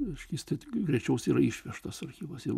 reiškia greičiausiai yra išvežtas archyvuos